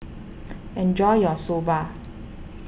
enjoy your Soba